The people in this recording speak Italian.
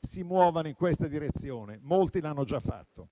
si muovano in questa direzione. Molti l'hanno già fatto.